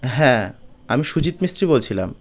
হ্যাঁ আমি সুজিত মিস্ত্রি বলছিলাম